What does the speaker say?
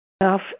enough